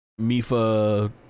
Mifa